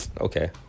Okay